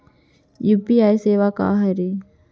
UPI सेवा का हरे?